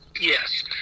Yes